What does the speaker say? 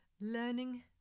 learning